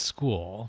School